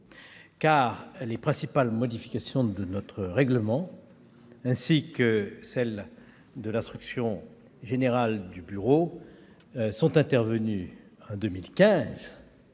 car les principales modifications de notre règlement, ainsi que celles de l'instruction générale du bureau, sont intervenues en 2015,